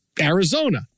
Arizona